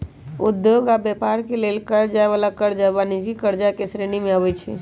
उद्योग आऽ व्यापार के लेल कएल जाय वला करजा वाणिज्यिक करजा के श्रेणी में आबइ छै